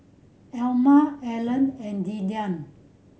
Elma Allan and Dillan